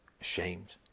ashamed